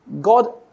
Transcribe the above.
God